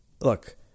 look